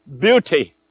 beauty